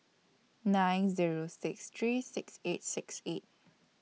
nine Zero six three six eight six eight